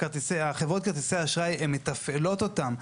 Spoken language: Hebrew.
חברות כרטיסי האשראי הן מתפעלות אותם.